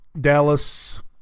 Dallas